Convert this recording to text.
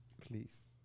please